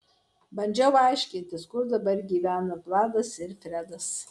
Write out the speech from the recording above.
bandžiau aiškintis kur dabar gyveno vladas ir fredas